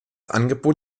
angebot